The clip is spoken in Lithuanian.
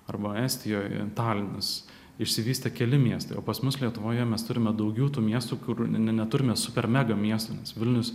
arba estijoje talinas išsivystė keli miestai o pas mus lietuvoje mes turime daugiau tų miestų kur neturime super mega miesto nes vilnius